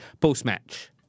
post-match